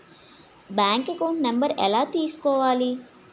Bank account number ఎలా తీసుకోవాలి?